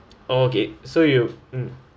okay so you mm